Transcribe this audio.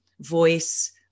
voice